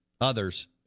others –